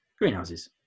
greenhouses